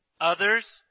others